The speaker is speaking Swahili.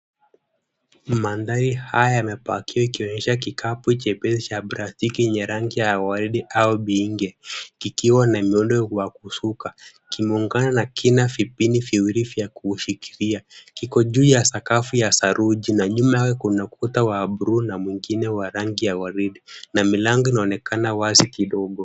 Mandhari haya yamepakiwa ikionyesha kikapu cha plastiki yenye rangi ya waridi au biinge, kikiwa na miundo wa kusuka. Kimeungana nakina vipini viwili vya kushikilia. Kiko juu ya sakafu ya saruji na nyuma yake kuna kuta ya buluu na mwingine ya rangi ya waridi, na mlango inaonekana wazi kidogo.